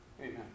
Amen